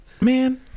man